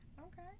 Okay